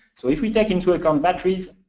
so if we take into account batteries,